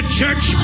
church